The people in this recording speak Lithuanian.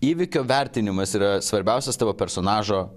įvykio vertinimas yra svarbiausias tavo personažo